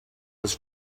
was